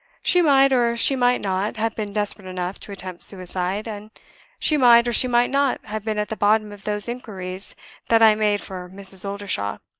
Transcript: she might, or she might not, have been desperate enough to attempt suicide and she might, or she might not, have been at the bottom of those inquiries that i made for mrs. oldershaw.